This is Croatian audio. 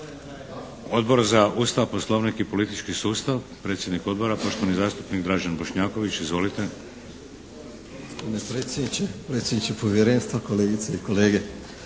Odbor za Ustav, Poslovnik i politički sustav, predsjednik odbora poštovani zastupnik Dražen Bošnjaković. Izvolite. **Bošnjaković, Dražen (HDZ)** Gospodine predsjedniče, predsjedniče Povjerenstva, kolegice i kolege.